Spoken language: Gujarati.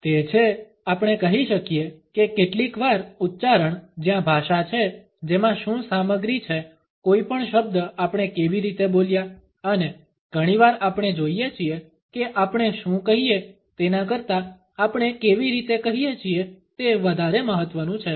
તે છે આપણે કહી શકીએ કે કેટલી વાર ઉચ્ચારણ જ્યાં ભાષા છે જેમાં શું સામગ્રી છે કોઈપણ શબ્દ આપણે કેવી રીતે બોલ્યા અને ઘણીવાર આપણે જોઈએ છીએ કે આપણે શું કહીએ તેના કરતાં આપણે કેવી રીતે કહીએ છીએ તે વધારે મહત્ત્વનું છે